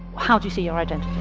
how do you see your identity?